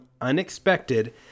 unexpected